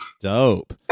Dope